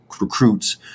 recruits